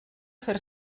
fer